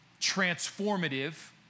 transformative